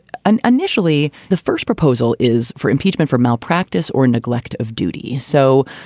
an initially the first proposal is for impeachment, for malpractice or neglect of duty. so,